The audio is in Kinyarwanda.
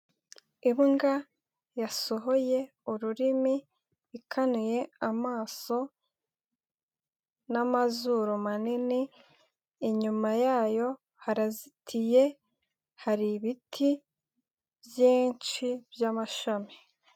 Imbwa yasohoye ururimi ikanuye amaso n'amazuru manini inyuma yayo harazitiye hari ibiti byinshi by'amashami.